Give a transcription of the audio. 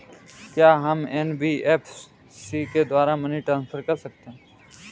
क्या हम एन.बी.एफ.सी के द्वारा मनी ट्रांसफर कर सकते हैं?